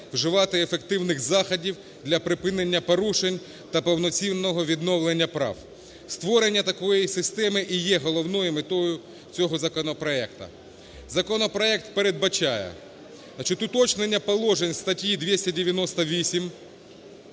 вживати ефективних заходів для припинення порушень та повноцінного відновлення прав. Створення такої системи і є головною метою цього законопроекту. Законопроект передбачає уточнення положень статті 298